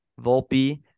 Volpe